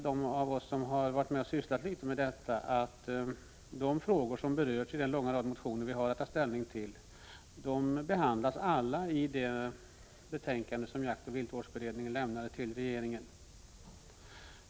De av oss som har sysslat litet med detta vet att de frågor som berörs i den långa rad motioner som vi har att ta ställning till behandlas i det betänkande som jaktoch viltvårdsberedningen har lämnat till regeringen.